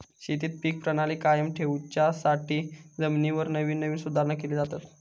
शेतीत पीक प्रणाली कायम ठेवच्यासाठी जमिनीवर नवीन नवीन सुधारणा केले जातत